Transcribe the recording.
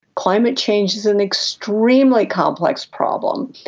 climate change is an extremely complex problem.